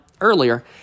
earlier